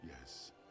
Yes